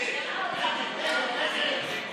עתיד-תל"ם